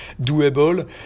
doable